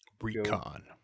Recon